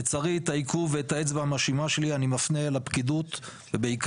לצערי את העיכוב ואת האצבע המאשימה שלי אני מפנה אל הפקידות ובעיקר